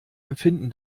empfinden